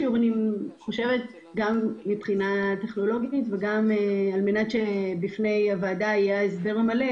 מבחינה טכנולוגית וכדי שבפני הוועדה יהיה ההסבר המלא,